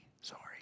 sorry